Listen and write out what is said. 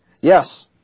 Yes